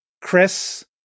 Chris